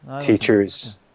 teachers